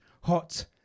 hot